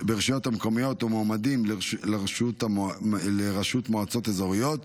ברשויות מקומיות או מועמדים לראשות מועצות אזוריות,